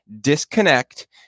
disconnect